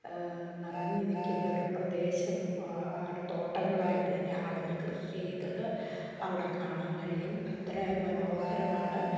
നിറഞ്ഞു നിൽക്കുന്ന ഒരു പ്രദേശം ആണ് തോട്ടങ്ങളായിട്ട് തന്നെ ആളുകൾ കൃഷി ചെയ്തത് അവിടെ കാണാൻ കഴിയും അത്രയും മനോഹരമാണ്